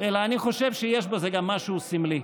אלא אני חושב שיש בזה גם משהו סמלי.